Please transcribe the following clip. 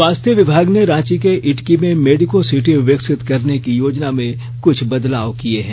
स्वास्थ्य विभाग ने रांची के ईटकी में मेडिको सिटी विकसित करने की योजना में कुछ बदलाव किए हैं